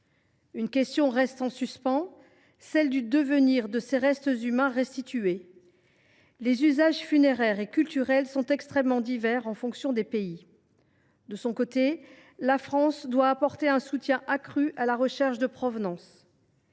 Une question reste en suspens : celle du devenir de ces restes humains restitués. Les usages funéraires et culturels sont extrêmement divers en fonction des pays. De son côté, la France doit apporter un soutien accru à la recherche de provenance.